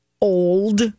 Old